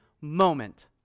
moment